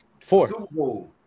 Four